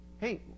hey